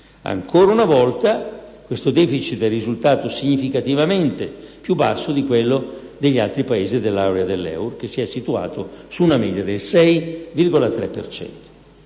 Ancora una volta questo *deficit* è risultato significativamente più basso di quello degli altri Paesi dell'area dell'euro, che si è situato su una media del 6,3